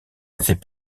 ces